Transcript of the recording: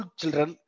children